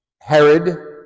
Herod